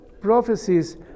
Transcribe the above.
prophecies